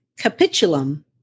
Capitulum